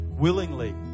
willingly